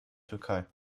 türkei